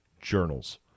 Journals